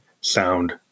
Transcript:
sound